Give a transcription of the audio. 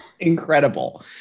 Incredible